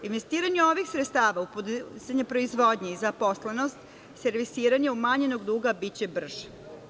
Investiranje ovih sredstava u podizanje proizvodnje i zaposlenost, servisiranje umanjenog duga biće brže.